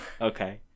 Okay